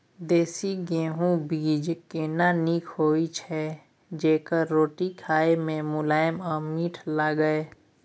देसी गेहूँ बीज केना नीक होय छै जेकर रोटी खाय मे मुलायम आ मीठ लागय?